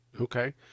Okay